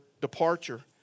departure